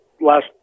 last